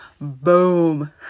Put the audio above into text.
Boom